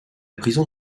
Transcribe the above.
prison